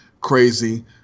crazy